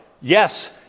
Yes